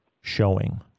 showing